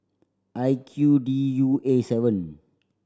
I Q D U A seven